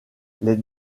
les